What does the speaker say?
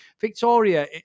Victoria